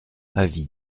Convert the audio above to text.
avis